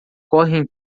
correm